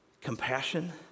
compassion